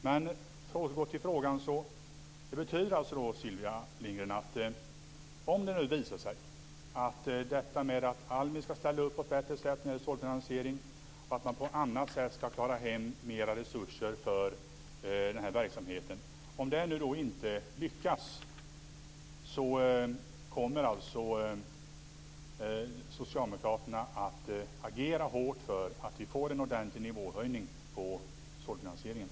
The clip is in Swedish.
Jag återgår då till frågan: Om det nu visar sig, när ALMI skall ställa upp på ett bättre sätt när det gäller såddfinansieringen och på annat sätt klara hem mera resurser för den här verksamheten, att detta inte lyckas, kommer socialdemokraterna då att agera hårt för att vi skall få en ordentlig nivåhöjning på såddfinansieringen?